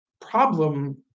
problem